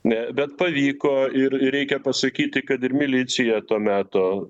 ne bet pavyko ir reikia pasakyti kad ir milicija to meto